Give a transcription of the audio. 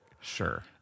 Sure